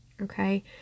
okay